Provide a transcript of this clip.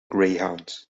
greyhound